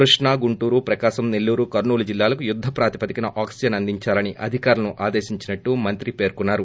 కృష్ణా గుంటూరు ప్రకాశం నెల్లూరు కర్నూలు జిల్లాలకు యుద్ద ప్రాతిపదికన ఆక్సిజన్ అంధించాలని అధికారులను ఆదేశించినట్టు మంత్రి పేర్కొన్నారు